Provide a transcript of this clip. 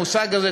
המושג הזה,